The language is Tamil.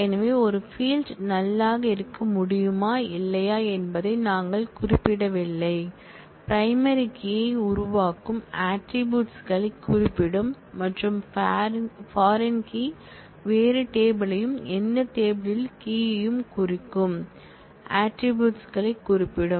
எனவே ஒரு ஃபீல்ட் நல் மாக இருக்க முடியுமா இல்லையா என்பதை நாங்கள் குறிப்பிடவில்லை பிரைமரி கீ பிரைமரி கீ யை உருவாக்கும் ஆட்ரிபூட்ஸ் களை குறிப்பிடும் மற்றும் பாரின் கீ வேறு டேபிள் யையும் அந்த டேபிள் யில் கீ யையும் குறிக்கும் ஆட்ரிபூட்ஸ் களை குறிப்பிடும்